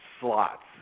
slots